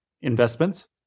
investments